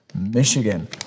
Michigan